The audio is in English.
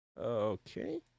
okay